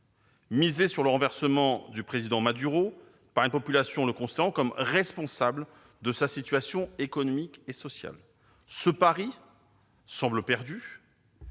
miser sur le renversement du président Maduro par une population le considérant comme responsable de sa situation économique et sociale. Mais le pari semble perdu